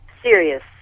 Serious